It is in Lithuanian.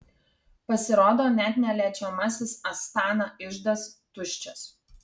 pasirodo net neliečiamasis astana iždas tuščias